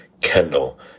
Kendall